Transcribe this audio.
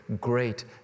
great